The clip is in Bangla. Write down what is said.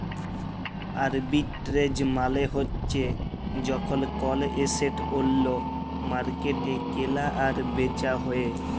আরবিট্রেজ মালে হ্যচ্যে যখল কল এসেট ওল্য মার্কেটে কেলা আর বেচা হ্যয়ে